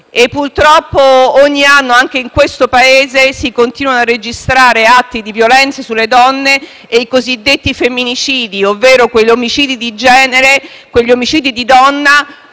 Purtroppo ogni anno, anche in questo Paese, si continuano a registrare atti di violenza sulle donne e i cosiddetti femminicidi, ovvero quegli omicidi di donne basati su una